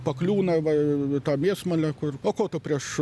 pakliūna va į tą mėsmalę kur o ko tu prieš